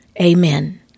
Amen